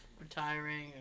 retiring